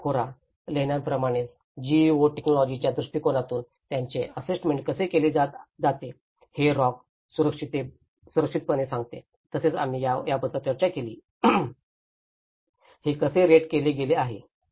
पिटलखोरा लेण्यांप्रमाणेच GEO टेक्नॉलॉजीाच्या दृष्टीकोनातून त्यांचे आस्सेसमेंट कसे केले जाते हे रॉक सुरक्षितपणे सांगते तसेच आम्ही याबद्दल चर्चा केली हे कसे रेट केले गेले आहे